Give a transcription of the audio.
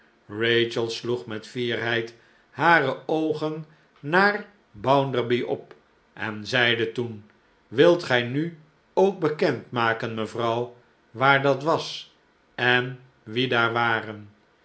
sloeg met fierheid hare oogen naar bounderby op en zeide toen wilt gij nu ook bekend maken mevrouw waar dat was en wie daar waren